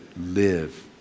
live